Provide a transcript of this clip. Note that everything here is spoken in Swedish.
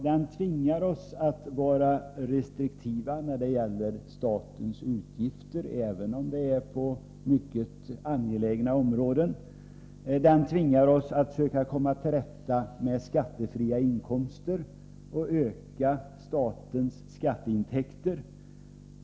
Den tvingar oss att vara restriktiva med statens utgifter, även på mycket angelägna områden. Den tvingar oss att söka komma till rätta med skattefria inkomster och att öka statens skatteintäkter.